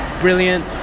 brilliant